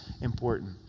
important